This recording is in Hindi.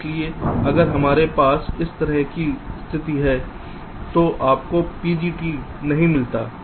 इसलिए अगर हमारे पास इस तरह की स्थिति है तो आपको PGT नहीं मिलता है